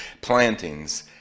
plantings